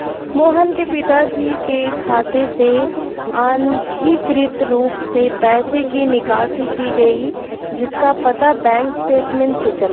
मोहन के पिताजी के खाते से अनधिकृत रूप से पैसे की निकासी की गई जिसका पता बैंक स्टेटमेंट्स से चला